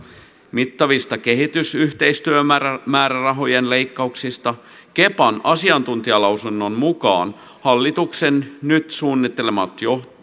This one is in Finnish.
mittavista kehitysyhteistyömäärärahojen leikkauksista kepan asiantuntijalausunnon mukaan hallituksen nyt suunnittelemat